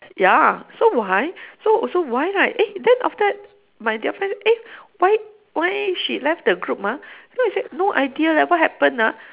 ya so why so so why right eh then after that my the other friend eh why why she left the group ah then I said no idea leh what happen ah